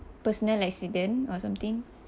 personal accident or something